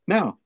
Now